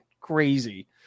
crazy